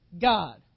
God